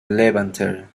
levanter